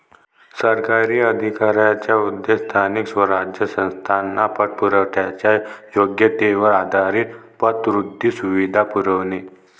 सरकारी अधिकाऱ्यांचा उद्देश स्थानिक स्वराज्य संस्थांना पतपुरवठ्याच्या योग्यतेवर आधारित पतवृद्धी सुविधा पुरवणे